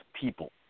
people